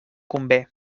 convé